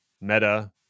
Meta